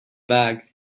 bag